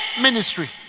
ministry